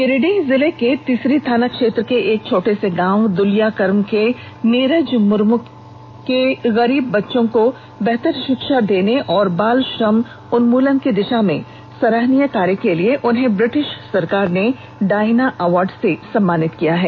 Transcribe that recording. गिरिडीह जिले के तिसरी थाना क्षेत्र के एक छोटे से गांव दलियाकर्म के नीरज मर्म गरीब बच्चों को बेहतर शिक्षा देने और बाल श्रम उन्मूलन की दिशा में सराहनीय कार्य के लिए उन्हें ब्रिटिश सरकार ने डायना अवार्ड से सम्मानित किया है